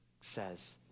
says